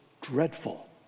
dreadful